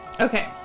Okay